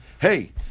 hey